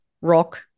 rock